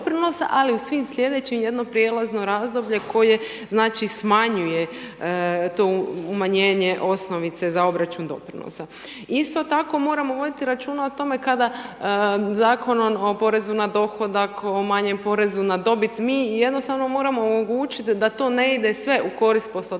ali u svim slijedećim jedno prijelazno razdoblje koje smanjuje to umanjenje osnovice za obračun doprinosa. Isto tako moramo vidjeti računa o tome kada Zakonom o porezu na dohodak, o manjem porezu na dobit, mi jednostavno moramo omogućiti da to ne ide sve u korist poslodavaca,